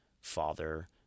father